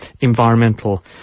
environmental